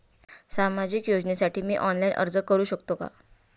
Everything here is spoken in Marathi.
सामाजिक योजनेसाठी मी ऑनलाइन अर्ज करू शकतो का?